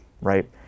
right